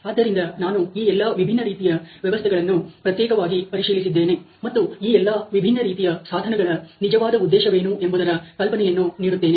ಆದ್ದರಿಂದ ನಾನು ಈ ಎಲ್ಲ ವಿಭಿನ್ನ ರೀತಿಯ ವ್ಯವಸ್ಥೆಗಳನ್ನು ಪ್ರತ್ಯೇಕವಾಗಿ ಪರಿಶೀಲಿಸಿದ್ದೇನೆ ಮತ್ತು ಈ ಎಲ್ಲ ವಿಭಿನ್ನ ರೀತಿಯ ಸಾಧನಗಳ ನಿಜವಾದ ಉದ್ದೇಶವೇನು ಎಂಬುದರ ಕಲ್ಪನೆಯನ್ನು ನೀಡುತ್ತೇನೆ